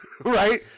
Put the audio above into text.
Right